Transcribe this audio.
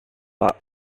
pak